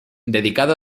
dedicado